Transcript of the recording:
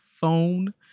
phone